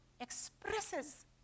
expresses